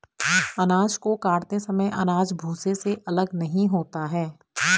अनाज को काटते समय अनाज भूसे से अलग नहीं होता है